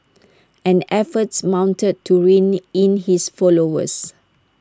and efforts mounted to rein in his followers